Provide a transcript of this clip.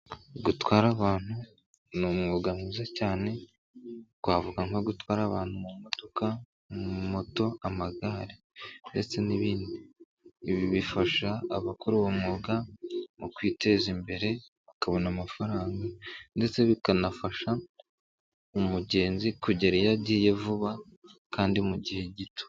Gutwara abantu, n'umwuga mwiza cyane twavuga nko gutwara abantu mu modoka, mu moto, amagare ndetse n'ibindi, ibi bifasha abakora uwo mwuga mu kwiteza imbere bakabona amafaranga ndetse bikanafasha umugenzi kugera iyo agiye vuba kandi mu gihe gito.